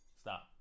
stop